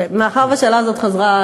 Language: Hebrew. מאחר שהשאלה הזאת חזרה,